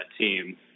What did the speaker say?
team